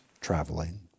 traveling